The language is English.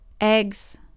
eggs